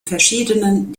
verschiedenen